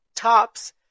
Tops